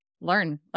learn